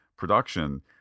production